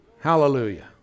Hallelujah